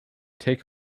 take